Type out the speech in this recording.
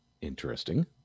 interesting